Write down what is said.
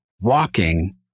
walking